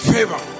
Favor